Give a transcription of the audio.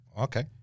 Okay